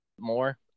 more